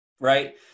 right